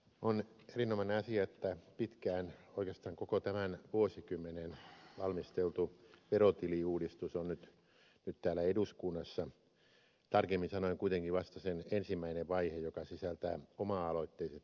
on erinomainen asia että pitkään oikeastaan koko tämän vuosikymmenen valmisteltu verotiliuudistus on nyt täällä eduskunnassa tarkemmin sanoen kuitenkin vasta sen ensimmäinen vaihe joka sisältää oma aloitteiset verot